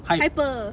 hyper